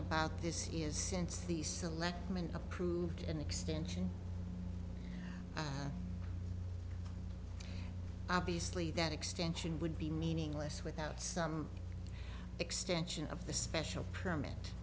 about this years since the selectmen approved an extension obviously that extension would be meaningless without some extension of the special permit